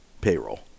payroll